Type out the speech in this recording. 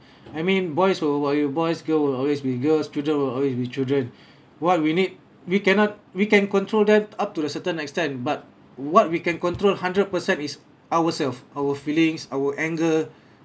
I mean boys will be boys girls will always be girl children will always be children what we need we cannot we can control them up to the certain extent but what we can control hundred percent is ourselves our feelings our anger